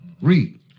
Read